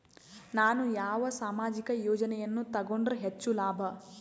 ನಾನು ಯಾವ ಸಾಮಾಜಿಕ ಯೋಜನೆಯನ್ನು ತಗೊಂಡರ ಹೆಚ್ಚು ಲಾಭ?